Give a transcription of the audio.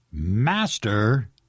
Master